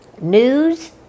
news